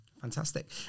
fantastic